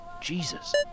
Jesus